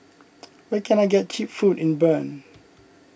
where can I get Cheap Food in Bern